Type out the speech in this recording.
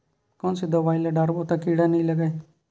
कोन से दवाई ल डारबो त कीड़ा नहीं लगय?